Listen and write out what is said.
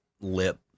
lip